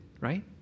right